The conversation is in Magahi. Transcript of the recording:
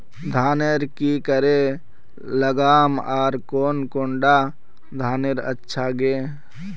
धानेर की करे लगाम ओर कौन कुंडा धानेर अच्छा गे?